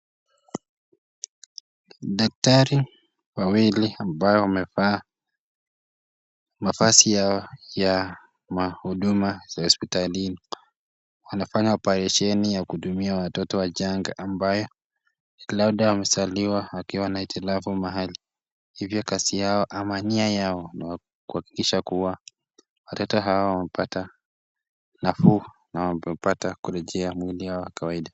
Daktari wawili ambao wamevaa mavazi ya mahuduma ya hosptalini, wanafanya oparesheni ya kutumia watoto wachanga, ambayo labda amezaliwa akiwa na itilafu mahali. Hivyo kazi yao ama nia yao ni kuhakikisha kuwa, watoto hawa wamepata nafuu na wamepata kurejea mwili yao wa kawaida.